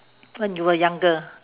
when you were younger